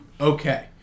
okay